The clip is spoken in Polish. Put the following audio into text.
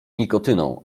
nikotyną